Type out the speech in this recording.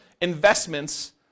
investments